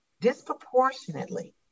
disproportionately